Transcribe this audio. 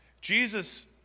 Jesus